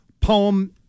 poem